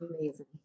Amazing